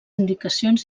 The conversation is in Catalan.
indicacions